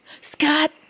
Scott